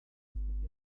especializó